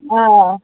آ